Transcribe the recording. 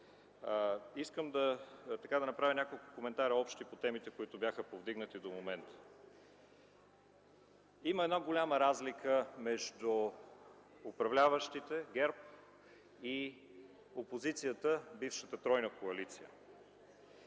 искам да направя няколко общи коментари по темите, които бяха повдигнати до момента. Има една голяма разлика между управляващите – ГЕРБ, и опозицията – бившата тройна коалиция.